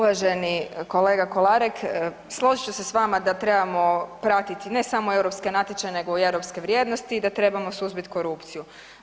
Uvaženi kolega Kolarek složit ću se s vama da trebamo pratiti ne samo europske natječaje, nego i europske vrijednosti i da trebamo suzbiti korupciju.